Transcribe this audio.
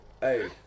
hey